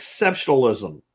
exceptionalism